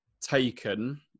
taken